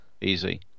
easy